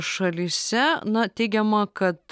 šalyse na teigiama kad